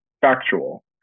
factual